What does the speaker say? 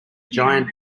giant